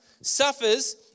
suffers